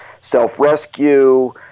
Self-rescue